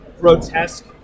grotesque